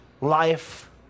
life